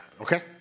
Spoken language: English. okay